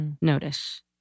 notice